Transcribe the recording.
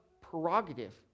prerogative